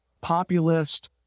populist